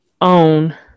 Own